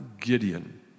Gideon